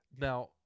Now